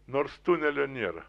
nors tunelio nėra